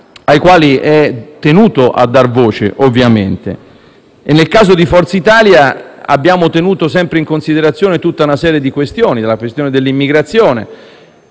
al quale è tenuto a dare voce, ovviamente. Nel caso di Forza Italia, abbiamo tenuto sempre in considerazione una serie di questioni, come l'immigrazione.